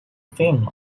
theme